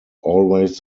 always